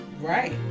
Right